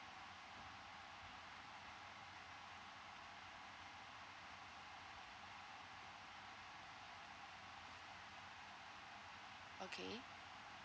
okay